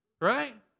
right